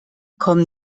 kommen